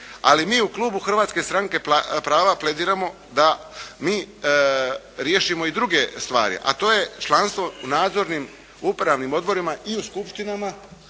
Ali, mi u klubu Hrvatske stranke prava plediramo da mi riješimo i druge stvari, a to je članstvo u nadzornim i upravnim odborima i u skupštinama